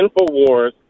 Infowars